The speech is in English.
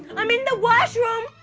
i'm in the washroom!